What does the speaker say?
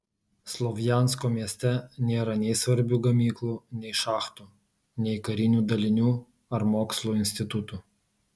slovjansko mieste nėra nei svarbių gamyklų nei šachtų nei karinių dalinių ar mokslo institutų